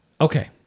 Okay